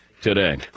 today